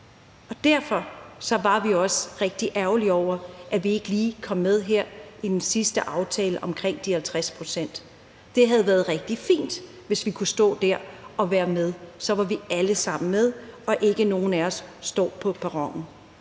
Og derfor var vi også rigtig ærgerlige over, at vi ikke lige kom med her i den sidste aftale om de 50 pct. Det havde været rigtig fint, hvis vi kunne stå der og være med; så var vi alle sammen med, og ingen af os stod på perronen.